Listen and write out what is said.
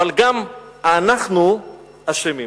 אבל גם אנחנו אשמים.